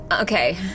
Okay